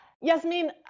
Yasmin